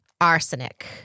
Arsenic